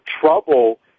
trouble